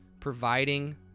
providing